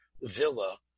villa